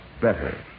better